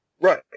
right